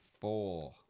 four